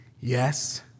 yes